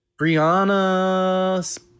Brianna